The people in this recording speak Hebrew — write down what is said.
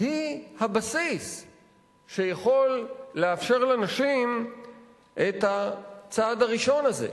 היא הבסיס שיכול לאפשר לנשים את הצעד הראשון הזה,